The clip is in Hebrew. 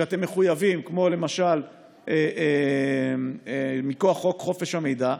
שאתם מחויבים למשל מכוח חוק חופש המידע,